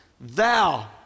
thou